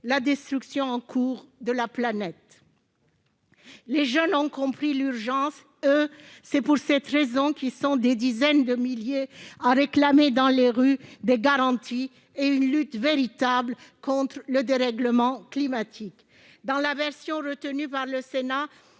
la destruction de la planète ! Les jeunes, eux, ont compris l'urgence. C'est pour cette raison qu'ils sont des dizaines de milliers à descendre dans la rue pour réclamer des garanties et une lutte véritable contre le dérèglement climatique. Dans la version retenue par le Sénat,